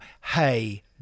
Hey